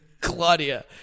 Claudia